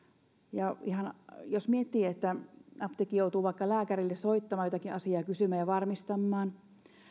jos miettii sitä kun apteekki joutuu vaikka lääkärille soittamaan jotakin asiaa kysymään ja varmistamaan